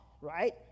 right